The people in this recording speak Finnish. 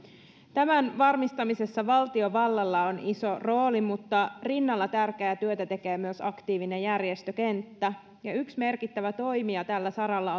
tämän varmistamisessa valtiovallalla on iso rooli mutta rinnalla tärkeää työtä tekee myös aktiivinen järjestökenttä yksi merkittävä toimija tällä saralla